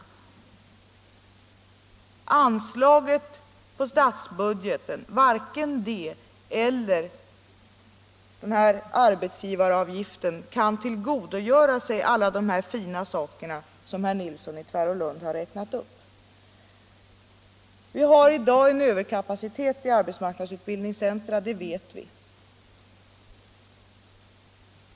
Varken anslaget på statsbudgeten eller arbetsgivaravgiften kan tillgodogöra sig alla de fina saker herr Nilsson i Tvärålund räknat upp. Vi har i dag en överkapacitet i arbetsmarknadsutbildningscentra, det vet vi.